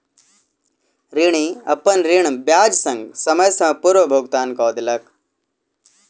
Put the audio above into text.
ऋणी, अपन ऋण ब्याज संग, समय सॅ पूर्व भुगतान कय देलक